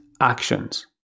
actions